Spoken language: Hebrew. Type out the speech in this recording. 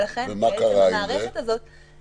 ולכן המערכת הזאת --- ומה קרה עם זה?